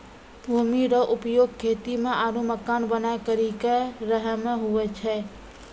भूमि रो उपयोग खेती मे आरु मकान बनाय करि के रहै मे हुवै छै